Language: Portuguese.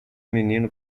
menino